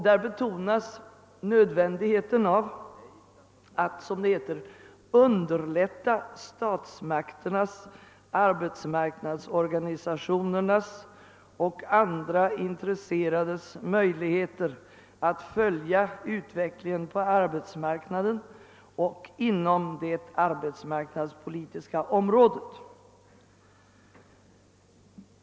Där betonas nödvändigheten av att som det heter »underlätta statsmakternas, arbetsmarknadsorganisationernas och andra intresserades möjligheter att följa utvecklingen på arbetsmarknaden och inom det arbetsmarknadspolitiska området».